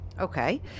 Okay